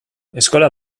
eskola